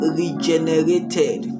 regenerated